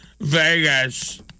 Vegas